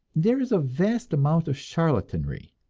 there is a vast amount of charlatanry,